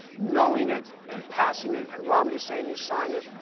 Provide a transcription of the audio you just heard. knowing it and passing it, and romney saying he'd sign it?